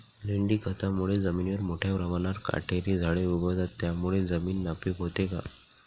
लेंडी खतामुळे जमिनीवर मोठ्या प्रमाणावर काटेरी झाडे उगवतात, त्यामुळे जमीन नापीक होते का?